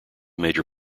major